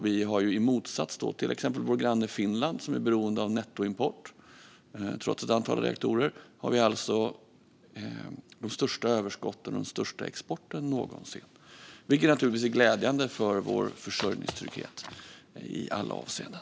I motsats till exempelvis vår granne Finland, som är beroende av nettoimport trots ett antal reaktorer, har vi nu alltså de största överskotten och den största exporten någonsin. Det är naturligtvis glädjande för vår försörjningstrygghet i alla avseenden.